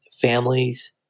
families